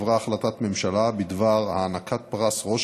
עברה החלטת ממשלה בדבר הענקת פרס ראש